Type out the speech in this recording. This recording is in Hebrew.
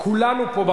וכולנו פה,